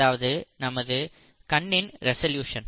அதாவது நமது கண்ணின் ரெசல்யூசன்